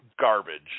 garbage